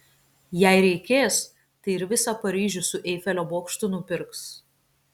jei reikės tai ir visą paryžių su eifelio bokštu nupirks